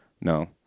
No